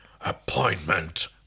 Appointment